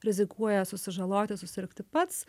rizikuoja susižaloti susirgti pats